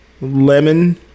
lemon